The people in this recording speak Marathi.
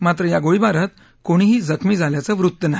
मात्र या गोळीबारात कोणीही जखमी झाल्याचं वृत्त नाही